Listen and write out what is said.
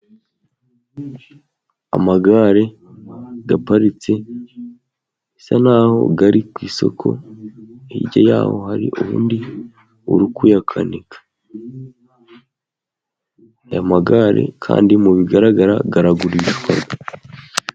Amagare aparitse bisa naho ari ku isoko, hirya yaho hari undi uri kuyakanika, aya magare kandi mu bigaragara aragushwa.